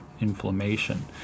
inflammation